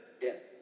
Yes